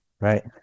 Right